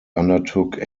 undertook